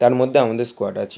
তার মধ্যে আমাদের স্কোয়াড আছে